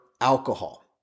alcohol